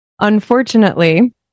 unfortunately